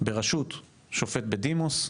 ברשות שופט בדימוס,